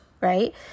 right